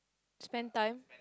spend time